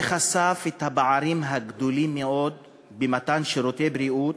חשף את הפערים הגדולים מאוד במתן שירותי בריאות,